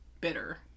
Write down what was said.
bitter